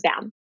down